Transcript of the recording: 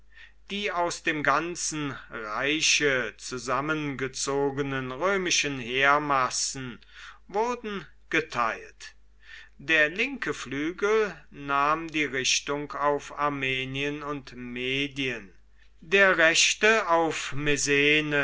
die aus dem ganzen reiche zusammengezogenen römischen heeresmassen wurden geteilt der linke flügel nahm die richtung auf armenien und medien der rechte